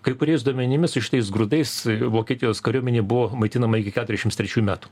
kai kuriais duomenimissu šitais grūdais vokietijos kariuomenė buvo maitinama iki keturiasdešimt trečiųjų metų